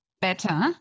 better